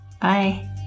bye